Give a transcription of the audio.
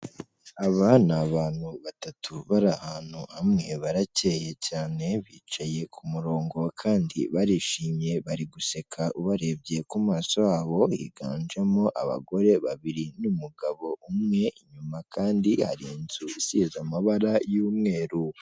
Aba ni abantu batatu bari ahantu hamwe, barakeye cyane bicaye ku murongo kandi barishimye bari guseka ubarebye ku maso habo, higanjemo abagore babiri n'umugabo umwe inyuma kandi hari inzu isize amabara y'umweru.